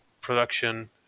production